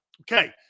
Okay